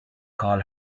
call